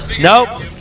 Nope